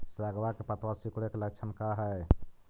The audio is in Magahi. सगवा के पत्तवा सिकुड़े के लक्षण का हाई?